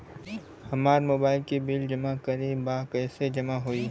हमार मोबाइल के बिल जमा करे बा कैसे जमा होई?